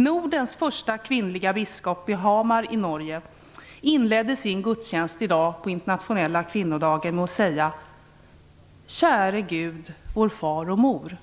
Nordens första kvinnliga biskop i Hamar i Norge inledde sin gudstjänst i dag på internationella kvinnodagen med att säga: Käre Gud, vår far och mor.